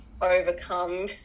overcome